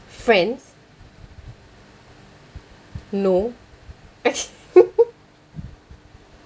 friends no